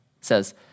says